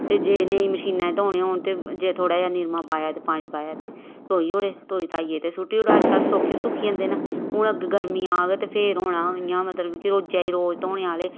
ते जे नेईं मशीना च धोने होन ते जे थोह्ड़ा जेहा निरमा पाया ते पानी पाया ते धोई औड़े धोइयै सुट्टी औड़े अज्जकल सौक्खे सुक्की जंदे ने हून अग्गें गर्मियां आग ते फेर होना इ'यां मतलब कि रोजा दे रोज धोने आह्ले